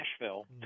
Nashville